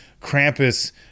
Krampus